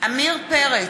עמיר פרץ,